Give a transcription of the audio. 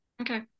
Okay